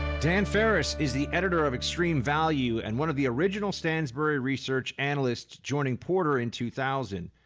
dan ferris is the editor of extreme value and one of the original stansberry research analysts, joining porter in two thousand.